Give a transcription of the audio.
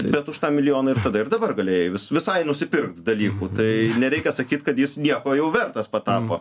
bet už tą milijoną ir tada ir dabar galėjai vis visai nusipirkt dalykų tai nereikia sakyt kad jis nieko jau vertas patapo